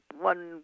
one